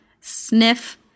sniff